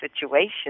situation